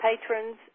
patrons